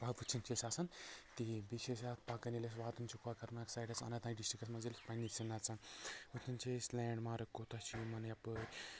تیٖتۍ بیٚیہِ چھِ أسۍ اَتھ پَکَن ییٚلہِ أسۍ واتان چھِ کۄکَر ناگ سایڈَس اَننت ناگ ڈِسٹِکَس منٛز ییٚلہِ پَنٛنِس چھِ نژان وٕچھان چھِ أسۍ لینٛڈ مارٕک کوٗتاہ چھِ یِمَن یَپٲرۍ